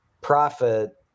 profit